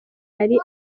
yari